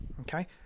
okay